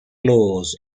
laws